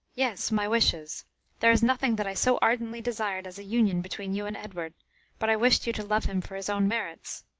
yes my wishes there is nothing that i so ardently desired as a union between you and edward but i wished you to love him for his own merits.